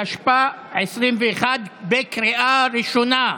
התשפ"א 2021, בקריאה ראשונה.